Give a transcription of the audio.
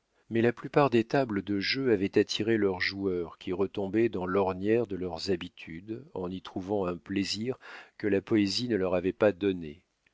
mais la plupart des tables de jeu avaient attiré leurs joueurs qui retombaient dans l'ornière de leurs habitudes en y trouvant un plaisir que la poésie ne leur avait pas donné